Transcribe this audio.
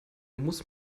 muss